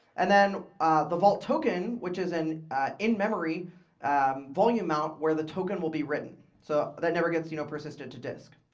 and then the vault token, which is an in-memory volume mount where the token will be written. so that never gets you know persisted to disk.